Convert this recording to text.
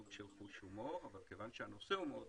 חוש הומור, אבל כיוון שהנושא מאוד רציני,